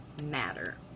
matter